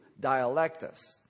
dialectus